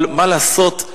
אבל מה לעשות,